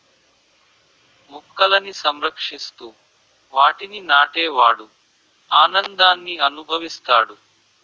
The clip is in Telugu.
మొక్కలని సంరక్షిస్తూ వాటిని నాటే వాడు ఆనందాన్ని అనుభవిస్తాడు